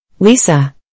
Lisa